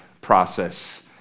process